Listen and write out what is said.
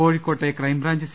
കോഴിക്കോട്ടെ crime branch C